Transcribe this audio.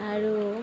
আৰু